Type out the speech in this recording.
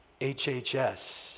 HHS